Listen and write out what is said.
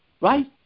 Right